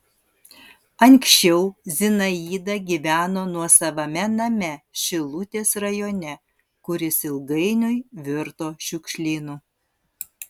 anksčiau zinaida gyveno nuosavame name šilutės rajone kuris ilgainiui virto šiukšlynu